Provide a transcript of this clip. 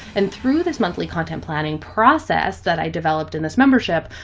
and through this monthly content planning process. that i developed in this membership.